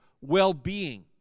well-being